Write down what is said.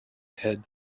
head